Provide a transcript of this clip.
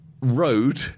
road